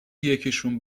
یکیشون